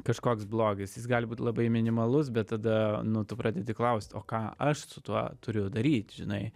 kažkoks blogis jis gali būt labai minimalus bet tada nu tu pradedi klausti o ką aš su tuo turiu daryt žinai